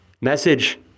message